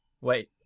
Wait